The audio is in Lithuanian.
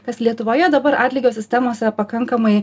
kas lietuvoje dabar atlygio sistemos yra pakankamai